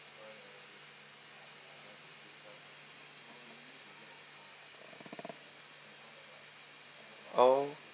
oh